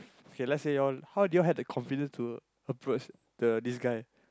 okay let's say you all how do you all have the confidence to approach the this guy